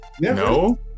No